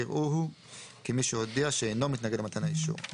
יראוהו כמי שהודיע שאינו מתנגד למתן האישור.